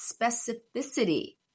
specificity